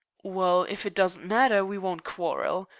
well, if it doesn't matter, we won't quarrel.